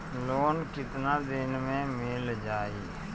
Loan कितना दिन में मिल जाई?